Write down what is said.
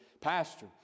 pastor